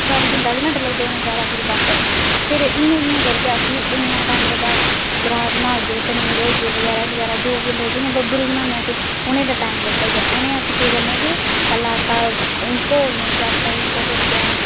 चाली पंताली मिंट लगदे उ'नें गी बस फिर इ'यां इ'यां करियै असेंगी इन्ना टैम लगदा राजमाह् होई गे पनीर होई गऐ जो बी इ'यां इ'यां बबरू बनाने अस उ'नें गी ते टाईम लगदा ही ऐ उ'नेंगी अस केह् करने कि पैह्ले आटा घोलने अस आटे गी ओह् करियै